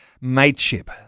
mateship